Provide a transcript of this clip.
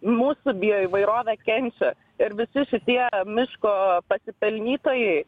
mūsų bioįvairovė kenčia ir visi šitie miško pasipelnytojai